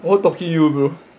what talking you brother